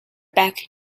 beck